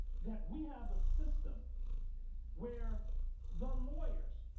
that we have a system where the lawyers,